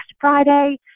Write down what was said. friday